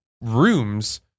rooms